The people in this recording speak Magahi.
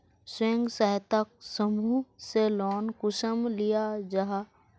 स्वयं सहायता समूह से लोन कुंसम लिया जाहा?